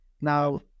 now